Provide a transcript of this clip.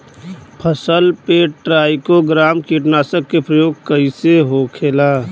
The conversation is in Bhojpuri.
फसल पे ट्राइको ग्राम कीटनाशक के प्रयोग कइसे होखेला?